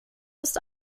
ist